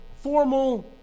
formal